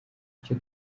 icyo